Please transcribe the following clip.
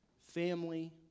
family